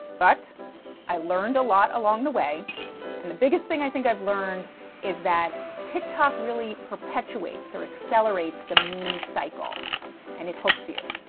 but i learned a lot along the way and the biggest thing i think i've learned is that tiktok really perpetuates or accelerates the meme cycle and it hooks you,